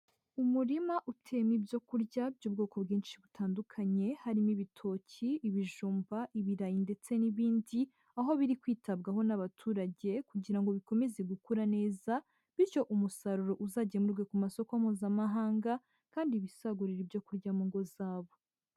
Umurima uteyemo ibyo kurya by'ubwoko bwinshi butandukanye, harimo ibitoki, ibijumba, ibirayi ndetse n'ibindi, aho biri kwitabwaho n'abaturage kugira ngo bikomeze gukura neza bityo umusaruro uzagemurwe ku masoko mpuzamahanga kandi bisagurire ibyo kurya mu ngo zabo.